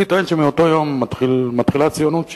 אני טוען שמאותו יום מתחילה הציונות שלי.